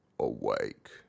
awake